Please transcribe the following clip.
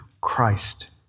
Christ